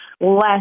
less